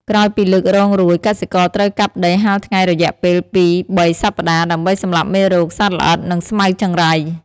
ក្រោយពីលើករងរួច កសិករត្រូវកាប់ដីហាលថ្ងៃរយៈពេល ២-៣ សប្តាហ៍ ដើម្បីសម្លាប់មេរោគ សត្វល្អិត និងស្មៅចង្រៃ។